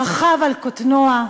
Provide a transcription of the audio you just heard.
רכב על קטנוע,